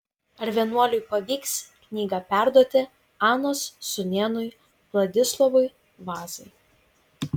ar vienuoliui pavyks knygą perduoti anos sūnėnui vladislovui vazai